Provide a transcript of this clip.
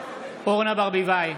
אורנה ברביבאי,